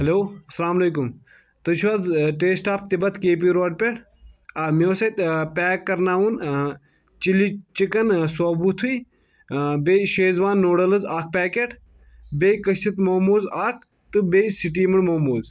hello السلام علیکم تُہۍ چھُ حظ taste of Tibet K P road پٮ۪ٹھ آ مےٚ اوس اتہِ پیک کرناوُن چِلی چِکن صوبوتھٕے بیٚیہِ شیزوان نوڈٕلٕس اکھ پیکیٚٹ بیٚیہِ کٔستھ موموز اکھ تہٕ بیٚیہِ سِٹیمٕڈ موموز